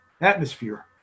atmosphere